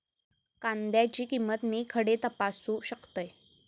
कांद्याची किंमत मी खडे तपासू शकतय?